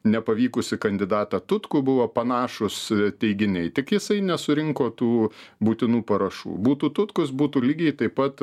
nepavykusį kandidatą tutkų buvo panašūs teiginiai tik jisai nesurinko tų būtinų parašų būtų tutkus būtų lygiai taip pat